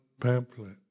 pamphlet